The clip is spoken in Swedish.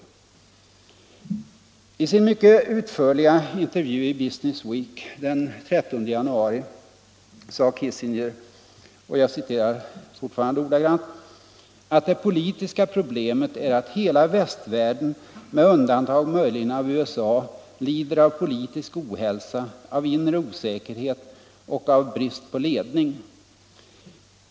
I sin mycket utförliga intervju i Business Week den 13 januari sade Kissinger att ”det politiska problemet är att hela västvärlden med undantag möjligen av USA lider av politisk ohälsa, av inre osäkerhet och av brist på ledning”.